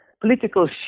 political